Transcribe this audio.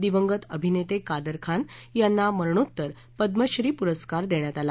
दिवंगत अभिनेते कादरखान यांना मरणोत्तर पद्मश्री पुरस्कार देण्यात आला